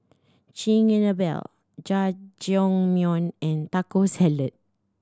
Chigenabe Jajangmyeon and Taco Salad